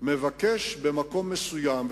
מבקשים דירות במקום מסוים,